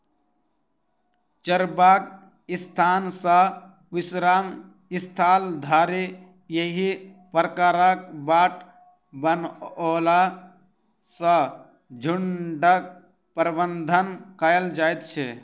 चरबाक स्थान सॅ विश्राम स्थल धरि एहि प्रकारक बाट बनओला सॅ झुंडक प्रबंधन कयल जाइत छै